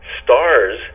stars